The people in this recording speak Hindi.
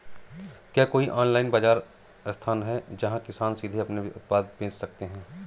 क्या कोई ऑनलाइन बाज़ार स्थान है जहाँ किसान सीधे अपने उत्पाद बेच सकते हैं?